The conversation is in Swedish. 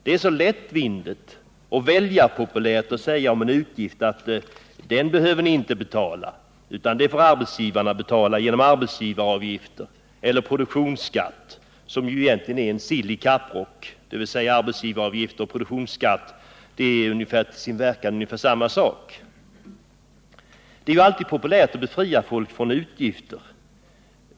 Det är så lättvindigt och väljarpopulärt att säga om en utgift att den behöver ni inte betala, utan det får arbetsgivarna betala genom arbetsgivaravgifter — eller produktionsskatt, som ju egentligen är en sill i kapprock, dvs. arbetsgivaravgift och produktionsskatt är till sin verkan ungefär samma sak. Det är alltid populärt att befria folk från utgifter.